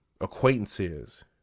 acquaintances